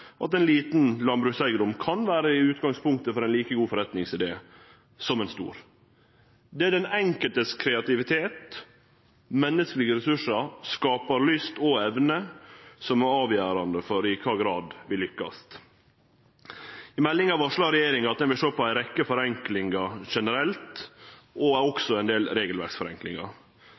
at ein liten landbrukseigedom kan vere utgangspunktet for ein like god forretningsidé som hos ein stor. Det er kreativiteten til den enkelte, menneskelege ressursar, skaparlyst og evne som er avgjerande for i kva grad vi lykkast. I meldinga varslar regjeringa at ho vil sjå på ei rekke forenklingar generelt og også ein del regelverksforenklingar.